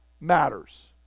matters